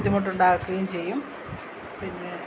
ബുദ്ധിമുട്ടുണ്ടാക്കുകയും ചെയ്യും പിന്നെ